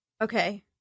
Okay